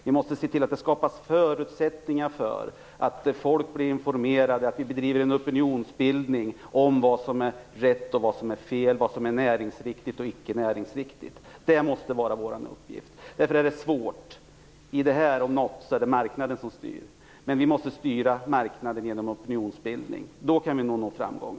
Vi måste se till att det skapas förutsättningar för att folk skall bli informerade; vi måste bedriva en opinionsbildning om vad som är rätt och vad som är fel, vad som är näringsriktigt och inte näringsriktigt. Det måste vara vår uppgift. Därför är det svårt. På det här området om något är det marknaden som styr. Men vi måste styra marknaden genom opinionsbildning. Då kan vi nå framgång.